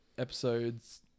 episodes